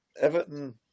Everton